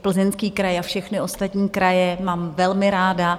Plzeňský kraj a všechny ostatní kraje mám velmi ráda.